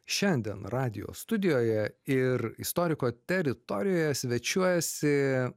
šiandien radijo studijoje ir istoriko teritorijoje svečiuojasi